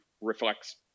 reflects